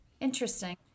interesting